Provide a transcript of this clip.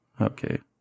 Okay